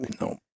no